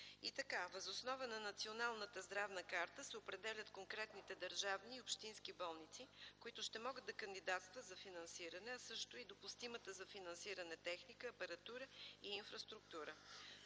карта. Въз основа на Националната здравна карта се определят конкретните държавни и общински болници, които ще могат да кандидатстват за финансиране, а също и допустимата за финансиране техника, апаратура и инфраструктура.